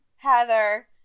Heather